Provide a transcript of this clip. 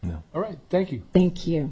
or thank you thank you